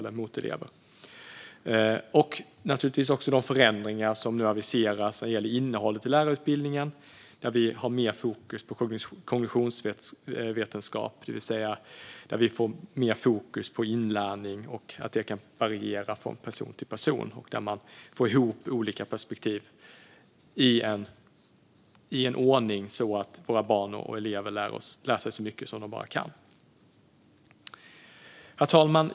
Det gäller naturligtvis också de förändringar som nu aviseras när det gäller innehållet i lärarutbildningen, med ökat fokus på kognitionsvetenskap, det vill säga på inlärning och hur den kan variera från person till person. På så sätt får man ihop olika perspektiv i en ordning så att våra barn och elever lär sig så mycket som de bara kan. Herr talman!